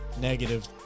negative